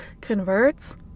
converts